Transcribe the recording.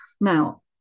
Now